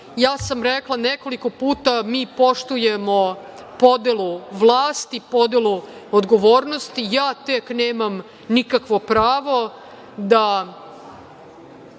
ja sam rekla nekoliko puta, mi poštujemo podelu vlasti, podelu odgovornosti. Ja tek nemam nikakvo pravo da